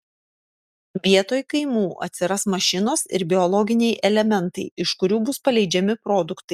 vietoj kaimų atsiras mašinos ir biologiniai elementai iš kurių bus paleidžiami produktai